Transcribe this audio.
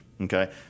Okay